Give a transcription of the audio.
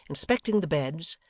inspecting the beds,